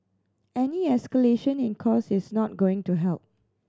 any escalation in costs is not going to help